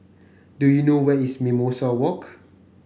do you know where is Mimosa Walk